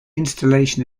installation